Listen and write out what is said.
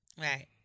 Right